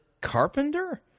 carpenter